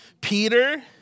Peter